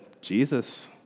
Jesus